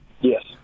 Yes